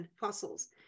fossils